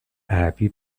عربی